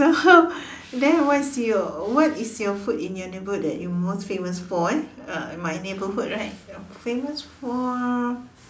so then was your what is your food in your neighbourhood that you most famous for eh uh in my neighbourhood right famous for